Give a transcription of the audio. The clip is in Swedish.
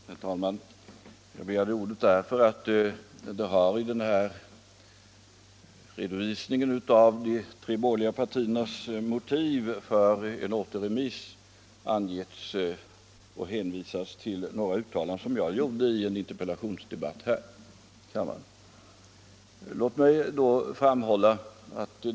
Herr talman! Jag begärde ordet därför att det i redovisningen av de tre borgerliga partiernas motiv för en återremiss har hänvisats till några uttalanden som jag gjort i en interpellationsdebatt här i kammaren. Låt mig därför få framhålla följande.